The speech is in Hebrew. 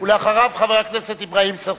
ואחריו, חבר הכנסת אברהים צרצור.